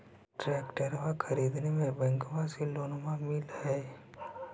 ट्रैक्टरबा खरीदे मे बैंकबा से लोंबा मिल है?